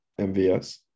MVS